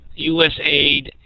USAID